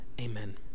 Amen